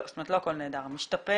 לא בדיוק נהדר, אלא משתפר